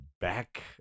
back